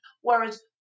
whereas